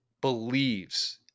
believes